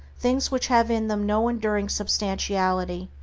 things which have in them no enduring substantiality,